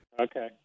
Okay